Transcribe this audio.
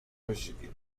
michigan